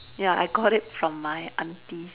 ya I got it from my aunties